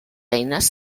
eines